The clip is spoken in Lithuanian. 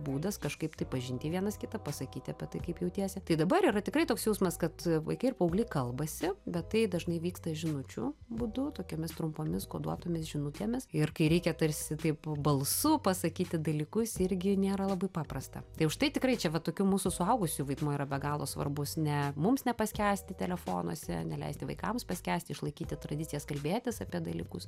būdas kažkaip tai pažinti vienas kitą pasakyti apie tai kaip jautiesi tai dabar yra tikrai toks jausmas kad vaikai ir paaugliai kalbasi bet tai dažnai vyksta žinučių būdu tokiomis trumpomis koduotomis žinutėmis ir kai reikia tarsi taip balsu pasakyti dalykus irgi nėra labai paprasta tai už tai tikrai čia va tokių mūsų suaugusių vaidmuo yra be galo svarbus ne mums nepaskęsti telefonuose neleisti vaikams paskęsti išlaikyti tradicijas kalbėtis apie dalykus